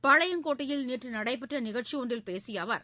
பாளையங்கோட்டையில் நேற்று நடைபெற்ற நிகழ்ச்சி ஒன்றில் பேசிய அவர்